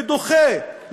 ודוחה,